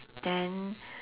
then